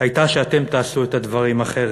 הייתה שאתם תעשו את הדברים אחרת,